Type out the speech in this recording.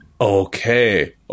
Okay